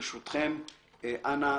אנא